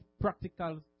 practical